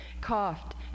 coughed